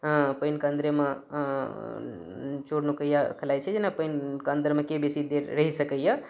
पानिके अन्दरेमे चोर नुकैआ खेलाइत छलियै हँ जेना पानिके अन्दरमे केँ बेसी देर रहि सकैया